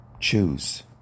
choose